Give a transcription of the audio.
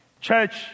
church